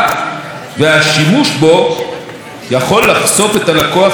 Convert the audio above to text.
והשימוש בהם יכול לחשוף את הלקוח להונאות,